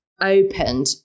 opened